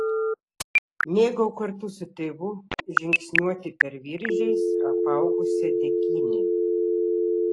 mėgau kartu su tėvu žingsniuoti per viržiais apaugusią dykynę